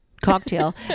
cocktail